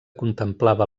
contemplava